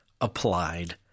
applied